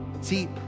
See